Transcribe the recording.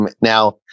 Now